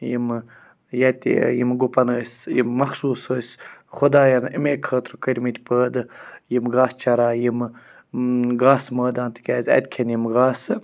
یِم ییٚتہِ ٲں یِم گُپَن ٲسۍ یِم مخصوٗص ٲسۍ خۄدایَن اَمے خٲطرٕ کٔرۍ مِتۍ پٲدٕ یِم گاسہٕ چَرایہِ یِم گاسہٕ مٲدان تِکیٛازِ اَتہِ کھیٚن یِم گاسہٕ